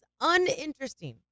uninteresting